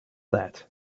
that